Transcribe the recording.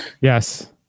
yes